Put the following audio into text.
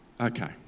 Okay